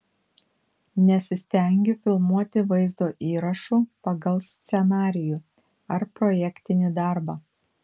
nesistengiu filmuoti vaizdo įrašų pagal scenarijų ar projektinį darbą